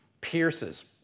pierces